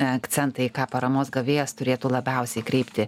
akcentai į ką paramos gavėjas turėtų labiausiai kreipti